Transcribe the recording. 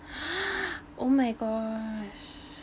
oh my gosh